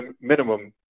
minimum